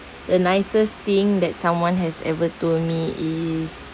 the nicest thing that someone has ever to me is